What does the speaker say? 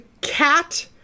cat